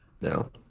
No